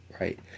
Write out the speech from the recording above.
right